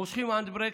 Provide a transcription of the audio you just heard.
מושכים הנדברקס.